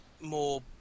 more